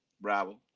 Bravo